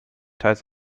teils